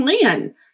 plan